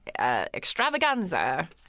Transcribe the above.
Extravaganza